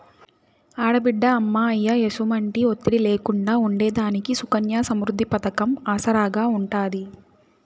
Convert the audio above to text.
ఆడబిడ్డ అమ్మా, అయ్య ఎసుమంటి ఒత్తిడి లేకుండా ఉండేదానికి సుకన్య సమృద్ది పతకం ఆసరాగా ఉంటాది